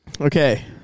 Okay